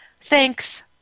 thanks